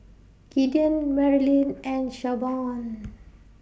Gideon Merilyn and Shavonne